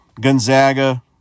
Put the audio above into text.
Gonzaga